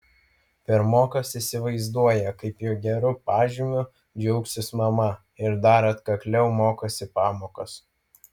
pirmokas įsivaizduoja kaip jo geru pažymiu džiaugsis mama ir dar atkakliau mokosi pamokas